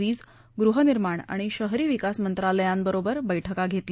वीज गृहनिर्माण आणि शहरी विकास मंत्रालयांबरोबर बैठका घेतल्या